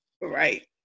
Right